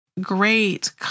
great